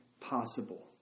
possible